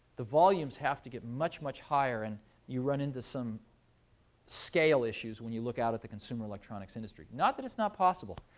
the volumes have to get much, much higher, and you run into some scale issues when you look out at the consumer electronics industry. not that it's not possible.